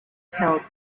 health